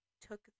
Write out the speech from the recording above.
took